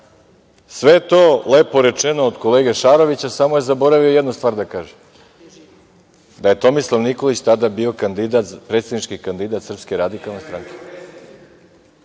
sve to lepo rečeno od kolege Šarovića, samo je zaboravio jednu stvar da kaže, da je Tomislav Nikolić tada bio predsednički kandidat SRS. Nije išao